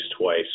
twice